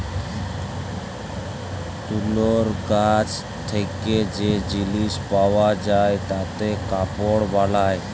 তুলর গাছ থেক্যে যে জিলিস পাওয়া যায় তাতে কাপড় বালায়